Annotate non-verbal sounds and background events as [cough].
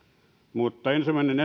mutta ensimmäinen [unintelligible]